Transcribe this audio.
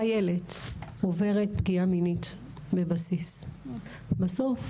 חיילת עוברת פגיעה מינית בבסיס, בסוף,